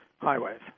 highways